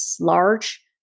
large